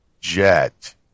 jet